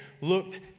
looked